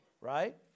right